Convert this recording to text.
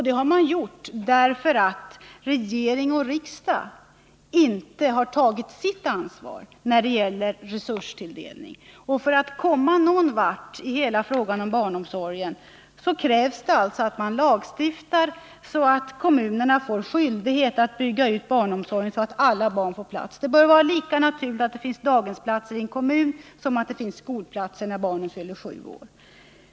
Det har de gjort därför att regering och riksdag inte har tagit sitt ansvar när det gäller resurstilldelning. För att komma någon vart i hela frågan om barnomsorgen måste man lagstifta om att kommunerna får skyldighet att bygga ut barnomsorgen, så att alla barn får plats. Det bör vara lika naturligt att det finns daghemsplatser i en kommun som att det finns skolplatser när barnen fyller sju år.